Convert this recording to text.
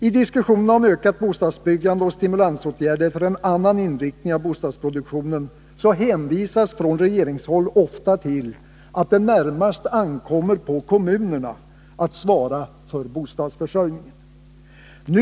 I diskussioner om ökat bostadsbyggande och stimulansåtgärder för en annan inriktning av bostadsproduktionen hänvisas från regeringshåll ofta till att det närmast ankommer på kommunerna att svara för bostadsförsörjningen.